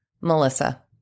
Melissa